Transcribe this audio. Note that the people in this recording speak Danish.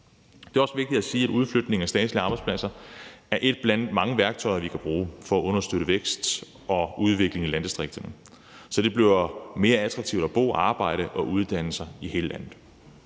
Det er også vigtigt at sige, at udflytning af statslige arbejdspladser er ét blandt mange værktøjer, vi kan bruge for at understøtte vækst og udvikling i landdistrikterne, så det bliver mere attraktivt at bo, arbejde og uddanne sig i hele landet.